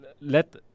let